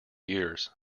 years